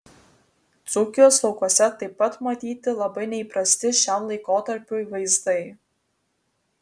dzūkijos laukuose taip pat matyti labai neįprasti šiam laikotarpiui vaizdai